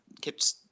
kept